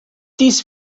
dies